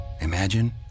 imagine